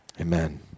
Amen